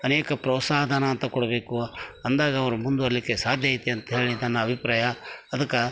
ಅನೇಕ ಪ್ರೋತ್ಸಾಹ ಧನ ಅಂತ ಕೊಡಬೇಕು ಅಂದಾಗ ಅವ್ರು ಮುಂದುವರೀಲಿಕ್ಕೆ ಸಾಧ್ಯ ಐತೆ ಅಂತೇಳಿ ನನ್ನ ಅಭಿಪ್ರಾಯ ಅದಕ್ಕೆ